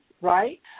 right